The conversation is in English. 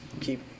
keep